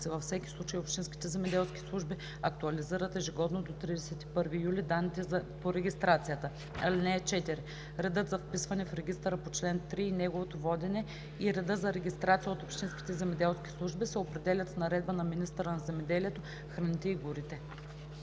Във всеки случай общинските земеделски служби актуализират ежегодно, до 31 юли, данните по регистрацията. (4) Редът за вписване в регистъра по чл. 3 и неговото водене, и реда за регистрация от общинските земеделски служби се определят с наредба на министъра на земеделието, храните и горите.“